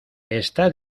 está